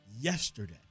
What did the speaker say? yesterday